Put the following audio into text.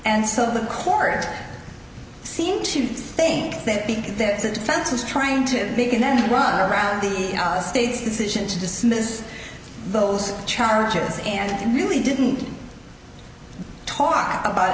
and so the court seemed to think that because that the defense was trying to begin then to run around the state's decision to dismiss those charges and really didn't talk about